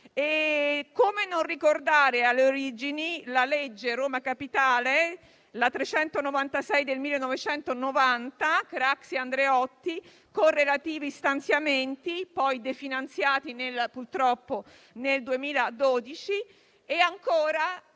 Come non ricordare alle origini la legge per Roma Capitale n. 396 del 1990 di Craxi e Andreotti, con relativi stanziamenti, definanziati purtroppo nel 2012. Mi piace